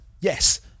yes